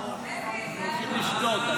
אנחנו הולכים לשתות,